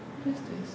who is this